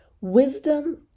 wisdom